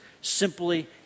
Simply